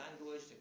language